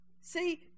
See